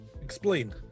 Explain